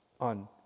on